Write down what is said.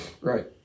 Right